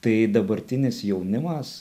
tai dabartinis jaunimas